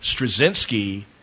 Straczynski